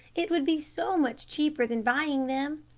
it would be so much cheaper than buying them.